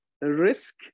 risk